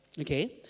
okay